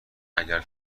اگر